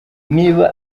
niba